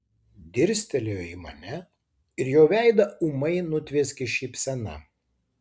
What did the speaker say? dirstelėjo į mane ir jo veidą ūmai nutvieskė šypsena